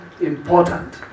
important